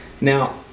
now